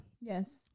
Yes